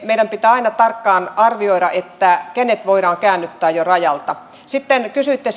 meidän pitää aina tarkkaan arvioida kenet voidaan käännyttää jo rajalta sitten kysyitte